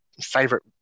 favorite